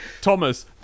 Thomas